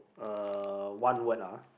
uh one word ah